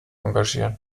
engagieren